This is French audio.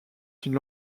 une